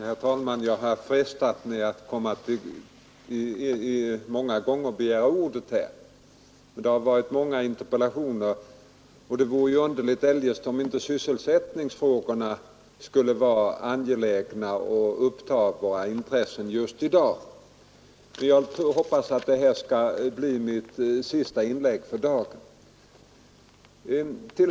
Herr talman! Jag har varit nödsakad att begära ordet många gånger här. Det har varit många interpellationer, och det vore underligt, om inte sysselsättningsfrågorna skulle vara angelägna och uppta vårt intresse just i dag. Jag hoppas dock att detta skall bli mitt sista inlägg för dagen.